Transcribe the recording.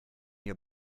your